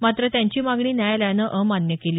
मात्र त्यांची मागणी न्यायालयानं अमान्य केली